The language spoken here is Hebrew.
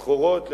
סחורות,